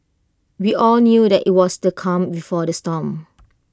we all knew that IT was the calm before the storm